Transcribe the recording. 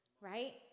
Right